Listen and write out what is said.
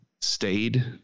stayed